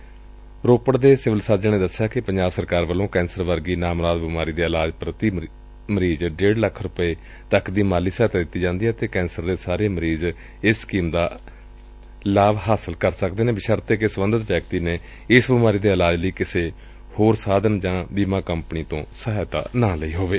civil Ropar surgeon ਨੇ ਦਸਿਆ ਕਿ ਪੰਜਾਬ ਸਰਕਾਰ ਵੱਲੋ ਕੈਂਸਰ ਵਰਗੀ ਨਾਮੁਰਾਦ ਬਿਮਾਰੀ ਦੇ ਇਲਾਜ ਲਈ ਪ੍ਰਤੀ ਮਰੀਜ਼ ਡੇਢ ਲੱਖ ਰੁਪਏ ਤੱਕ ਦੀ ਮਾਲੀ ਸਹਾਇਤਾ ਦਿੱਤੀ ਜਾਂਦੀ ਏ ਅਤੇ ਕੈਂਸਰ ਦੇ ਸਾਰੇ ਮਰੀਜ਼ ਇਸ ਸਕੀਮ ਦਾ ਲਾਭ ਪ੍ਰਾਪਤ ਕਰ ਸਕਦੇ ਨੇ ਬਸ਼ਰਤੇ ਕਿ ਸਬੰਧਤ ਵਿਅਕਤੀ ਨੇ ਇਸ ਬਿਮਾਰੀ ਦੇ ਇਲਾਜ ਲਈ ਕਿਸੇ ਹੋਰ ਸਾਧਨ ਜਿਵੇਂ ਕਿ ਬੀਮਾ ਕੰਪਨੀ ਤੋਂ ਸਹਾਇਤਾ ਪ੍ਰਾਪਤ ਨਾ ਕੀਤੀ ਹੋਵੇ